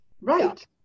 Right